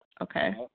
Okay